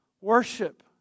worship